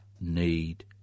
need